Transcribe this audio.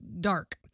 dark